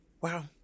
Wow